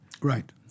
Right